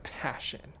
passion